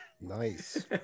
Nice